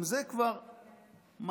גם זה כבר מסחרה,